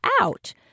out